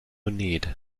need